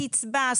קצבה,